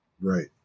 right